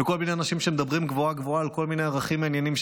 וכל מיני אנשים שמדברים גבוהה-גבוהה על כל מיני ערכים ועניינים.